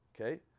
Okay